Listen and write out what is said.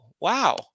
wow